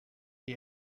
the